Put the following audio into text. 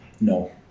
No